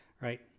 right